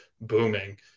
booming